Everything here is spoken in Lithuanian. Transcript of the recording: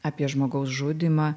apie žmogaus žudymą